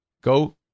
Go